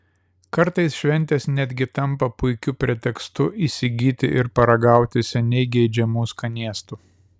kartais šventės netgi tampa puikiu pretekstu įsigyti ir paragauti seniai geidžiamų skanėstų